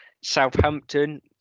Southampton